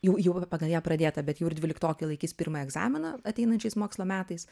jau jau pagal ją pradėtą bet jau ir dvyliktokai laikys pirmą egzaminą ateinančiais mokslo metais